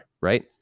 right